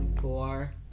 four